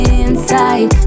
inside